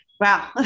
wow